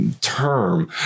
term